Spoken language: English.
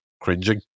cringing